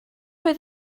oedd